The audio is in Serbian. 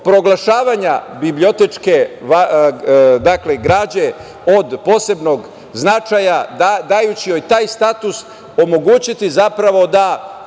bibliotečke građe od posebnog značaja, dajući joj taj status koji će omogućiti zapravo da